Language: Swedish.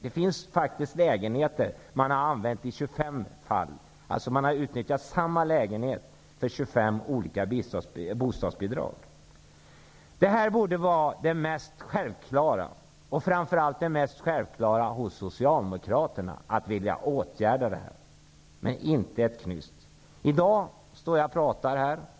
Det finns faktiskt lägenheter som man har använt i Det här borde vara det mest självklara, och framför allt det mest självklara hos Socialdemokraterna, att vilja åtgärda -- men inte ett knyst. I dag står jag och talar här.